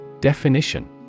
Definition